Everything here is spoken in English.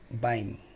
buying